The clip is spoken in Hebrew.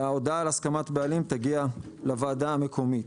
והודעה על הסכמת בעלים תגיע לוועדה המקומית.